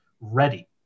ready